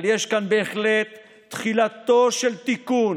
אבל יש כאן בהחלט תחילתו של תיקון,